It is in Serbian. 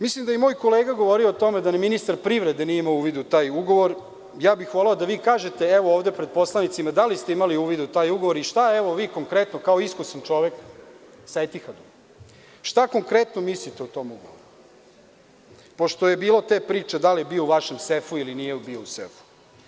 Mislim da je i moj kolega govorio o tome da ni ministar privrede nije imao uvid u taj ugovor, voleo bih da vi kažete ovde pred poslanicima da li ste imali uvid u taj ugovor i šta evo vi konkretno kao iskusan čovek sa Etihadom mislite o tom ugovoru, pošto je bilo te priče da li je bio u vašem sefu ili nije bio u sefu?